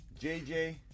JJ